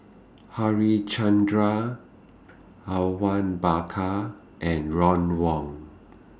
Harichandra Awang Bakar and Ron Wong